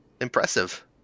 Impressive